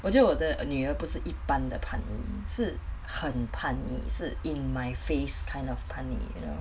我觉得我的女儿不是一般的叛逆是很叛逆是 in my face kind of 叛逆 you know